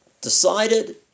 decided